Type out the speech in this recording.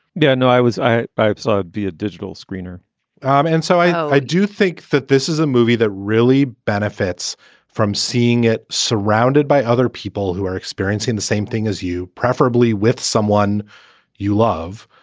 yeah, no, i was. i hope so. be a digital screener and so i do think that this is a movie that really benefits from seeing it surrounded by other people who are experiencing the same thing as you. preferably with someone you love.